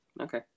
Okay